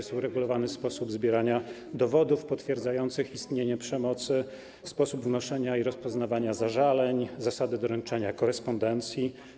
Są uregulowane: sposób zbierania dowodów potwierdzających istnienie przemocy, sposób wnoszenia i rozpoznawania zażaleń, zasady doręczania korespondencji.